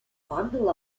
bundle